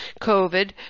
COVID